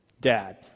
Dad